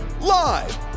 live